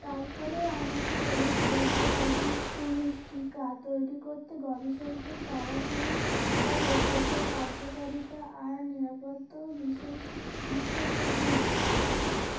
তার ফলে অনেকে বলেছে যে কোভিড উনিশ টিকা তৈরি করতে গবেষকদের তাাহরুর ফলে সেটার কার্যকারিতা আর নিরাপত্তা বিশেষ বিশ্বাসযোগ্য নয়